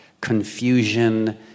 confusion